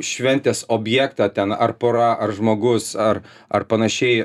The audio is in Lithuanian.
šventės objektą ten ar pora ar žmogus ar ar panašiai